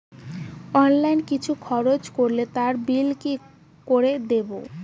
Online কিছু খরচ করলে তার বিল কি করে দেবো?